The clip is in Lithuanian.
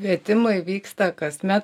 kvietimai vyksta kasmet